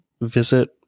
visit